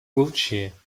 wiltshire